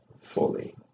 fully